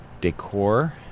decor